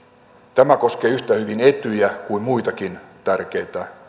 tämä koskee yhtä hyvin etyjiä kuin muitakin tärkeitä